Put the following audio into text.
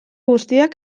guztiak